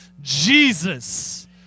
Jesus